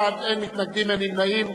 20 בעד, אין מתנגדים, אין נמנעים.